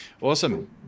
awesome